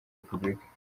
repubulika